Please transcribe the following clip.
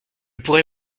pourrai